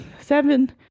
seven